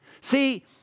see